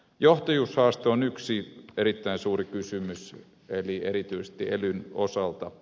johtajuushaaste on yksi erittäin suuri kysymys erityisesti elyn osalta